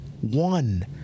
one